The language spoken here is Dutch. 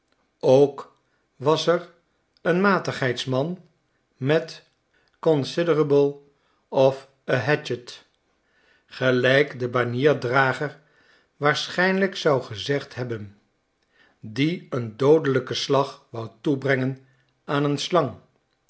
ook was er een matigheidsman met considerable of a hatchet gelijk de banierdrager waarschijnlijk zou gezegdhebben die een doodelijken slag woutoebrengen aan een slang